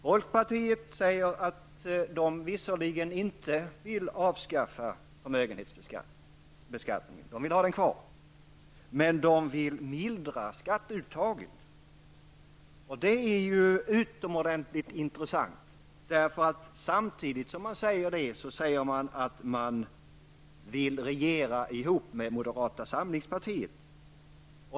Folkpartiet säger att man visserligen inte vill avskaffa förmögenhetsbeskattningen -- man vill ha den kvar -- men man vill lindra skatteuttagen. Det är ju utomordentligt intressant. Samtidigt som man säger det säger man att man vill regera ihop med moderata samlingspartiet.